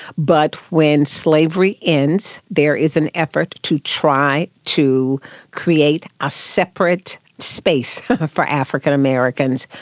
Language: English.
but when slavery ends there is an effort to try to create a separate space for african americans,